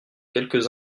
quelques